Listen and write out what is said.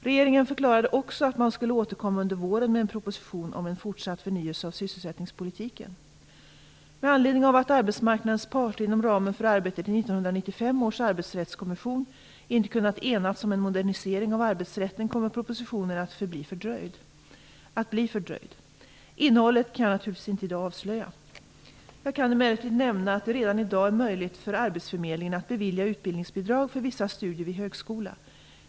Regeringen förklarade också att den skulle återkomma under våren med en proposition om en fortsatt förnyelse av sysselsättningspolitiken. Med anledning av att arbetsmarknadens parter inom ramen för arbetet i 1995 års Arbetsrättskommission inte kunnat enas om en modernisering av arbetsrätten kommer propositionen att bli fördröjd. Innehållet kan jag naturligtvis inte i dag avslöja. Jag kan emellertid nämna att det redan i dag är möjligt för arbetsförmedlingen att bevilja utbildningsbidrag för vissa studier vid högskola.